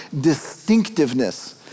distinctiveness